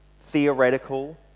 theoretical